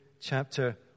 chapter